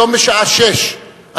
היום בשעה 18:00,